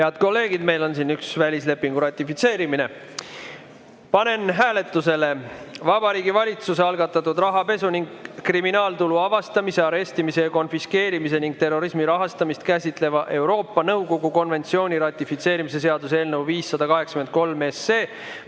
jah. Head kolleegid, meil on siin üks välislepingu ratifitseerimine. Panen hääletusele Vabariigi Valitsuse algatatud rahapesu ning kriminaaltulu avastamise, arestimise ja konfiskeerimise ning terrorismi rahastamist käsitleva Euroopa Nõukogu konventsiooni ratifitseerimise seaduse eelnõu 583.